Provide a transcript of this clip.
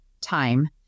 time